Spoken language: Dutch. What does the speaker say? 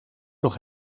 nog